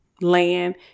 land